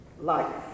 life